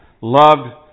loved